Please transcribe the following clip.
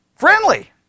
friendly